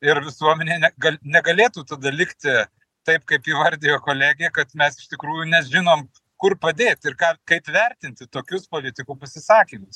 ir visuomenė ne ga negalėtų tada likti taip kaip įvardijo kolegė kad mes iš tikrųjų nežinom kur padėt ir ką kaip vertinti tokius politikų pasisakymus